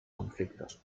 conflictos